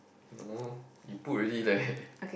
no you put already leh